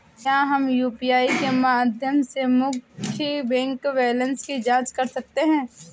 क्या हम यू.पी.आई के माध्यम से मुख्य बैंक बैलेंस की जाँच कर सकते हैं?